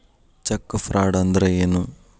Check fraud ಅಂದ್ರ ಏನು?